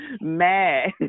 mad